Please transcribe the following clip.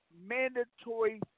mandatory